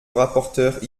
rapporteure